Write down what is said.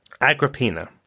Agrippina